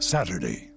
Saturday